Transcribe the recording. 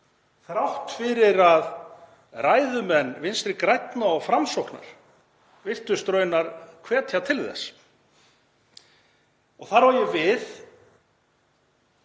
þrátt fyrir að ræðumenn Vinstri grænna og Framsóknar virtust raunar hvetja til þess. Þar á ég við